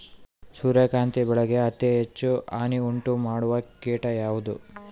ಸೂರ್ಯಕಾಂತಿ ಬೆಳೆಗೆ ಅತೇ ಹೆಚ್ಚು ಹಾನಿ ಉಂಟು ಮಾಡುವ ಕೇಟ ಯಾವುದು?